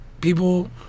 people